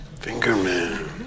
Fingerman